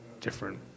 different